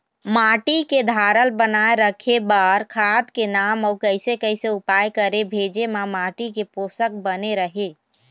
माटी के धारल बनाए रखे बार खाद के नाम अउ कैसे कैसे उपाय करें भेजे मा माटी के पोषक बने रहे?